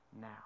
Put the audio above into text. Now